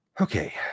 Okay